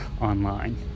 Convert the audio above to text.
online